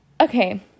okay